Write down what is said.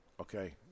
Okay